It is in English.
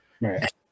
Right